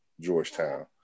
Georgetown